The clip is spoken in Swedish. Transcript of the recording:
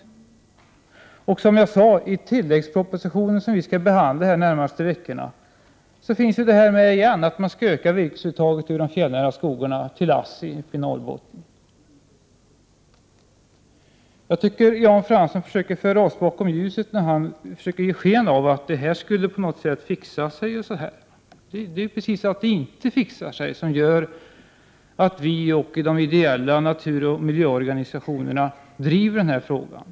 Som jag sade finns i tilläggspropositionen, som vi skall behandla här de närmaste veckorna, förslag igen om att vi skall öka virkesuttaget i de fjällnära skogarna till ASSI i Norrbotten. Jag tycker Jan Fransson försöker föra oss bakom ljuset när han försöker ge sken av att det här skulle fixa sig på något sätt. Men det är just för att det inte fixar sig som vi och de ideella naturoch miljöorganisationerna driver den här frågan.